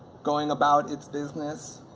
going about its business,